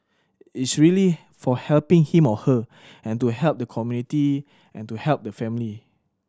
it's really for helping him or her and to help the community and to help the family